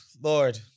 Lord